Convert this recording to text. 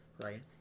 right